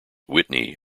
whitney